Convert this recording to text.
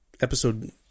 episode